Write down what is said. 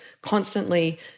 constantly